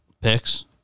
picks